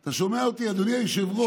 אתה שומע אותי, אדוני היושב-ראש?